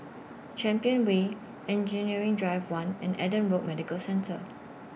Champion Way Engineering Drive one and Adam Road Medical Centre